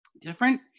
Different